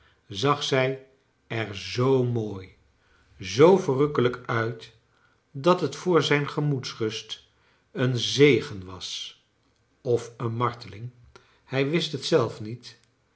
zag zij er zoo mooi zoo verrukkelijk nit dat het voor zijn gemoedsrust een zegen was of een marteling hij wist het zelf niet